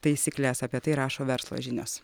taisykles apie tai rašo verslo žinios